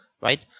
right